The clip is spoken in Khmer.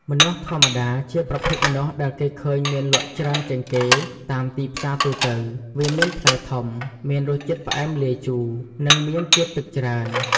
ម្នាស់ធម្មតា ជាប្រភេទម្នាស់ដែលគេឃើញមានលក់ច្រើនជាងគេតាមទីផ្សារទូទៅ។ វាមានផ្លែធំ មានរសជាតិផ្អែមលាយជូរ និងមានជាតិទឹកច្រើន។